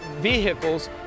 vehicles